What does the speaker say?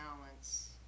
balance